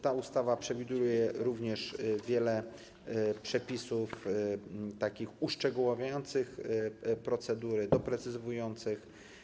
Ta ustawa przewiduje również wiele przepisów uszczegóławiających procedury, doprecyzowujących.